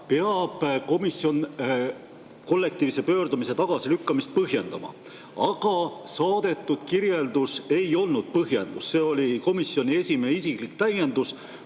peab komisjon kollektiivse pöördumise tagasilükkamist põhjendama. Aga saadetud kirjeldus ei olnud põhjendus, see oli komisjoni esimehe isiklik täiendus,